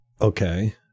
Okay